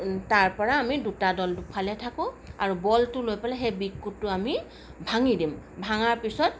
তাৰ পৰা আমি দুটা দল দুফালে থাকোঁ আৰু বলটো লৈ পেলাই সেই বিকুটো আমি ভাঙি দিম ভাঙাৰ পিছত